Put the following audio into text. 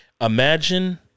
imagine